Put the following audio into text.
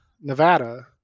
Nevada